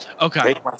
Okay